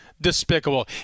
despicable